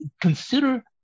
consider